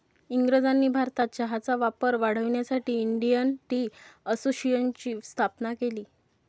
इंग्रजांनी भारतात चहाचा वापर वाढवण्यासाठी इंडियन टी असोसिएशनची स्थापना केली